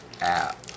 app